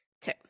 Two